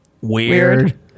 Weird